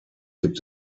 gibt